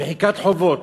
מחיקת חובות,